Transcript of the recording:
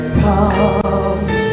come